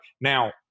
Now